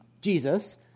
Jesus